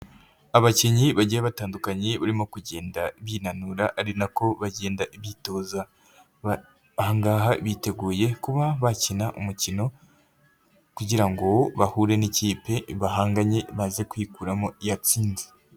Abakinnyi bagiye batandukanye barimo kugenda binanura ari nako bagenda bitoza, aha ngaha biteguye kuba bakina umukino kugira ngo bahure n'ikipe bahanganye baze kwikuramo iyatsinze.